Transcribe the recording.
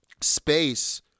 space